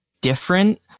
different